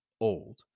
old